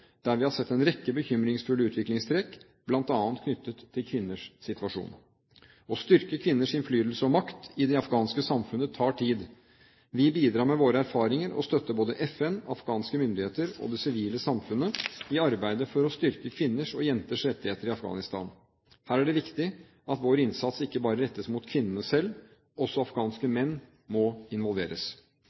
der vi har sett en rekke bekymringsfulle utviklingstrekk, bl.a. knyttet til kvinners situasjon. Å styrke kvinners innflytelse og makt i det afghanske samfunnet tar tid. Vi bidrar med våre erfaringer og støtter både FN, afghanske myndigheter og det sivile samfunnet i arbeidet for å styrke kvinners og jenters rettigheter i Afghanistan. Her er det viktig at vår innsats ikke bare rettes mot kvinnene selv. Også afghanske menn må involveres.